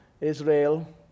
Israel